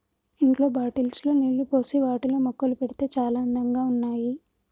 ఇంట్లో బాటిల్స్ లో నీళ్లు పోసి వాటిలో మొక్కలు పెడితే చాల అందంగా ఉన్నాయి